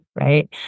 Right